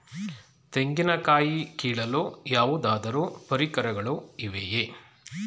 ತೆಂಗಿನ ಕಾಯಿ ಕೀಳಲು ಯಾವುದಾದರು ಪರಿಕರಗಳು ಇವೆಯೇ?